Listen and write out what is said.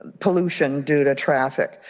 pollution due to traffic.